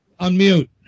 unmute